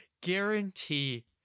Guarantee